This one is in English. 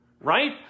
right